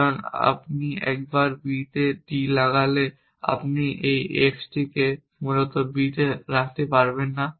কারণ আপনি একবার b তে d লাগালে আপনি এই xটিকে মূলত b তে রাখতে পারবেন না